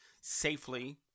safely